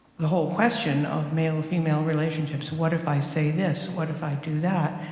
the whole question of male-female relationships what if i say this? what if i do that?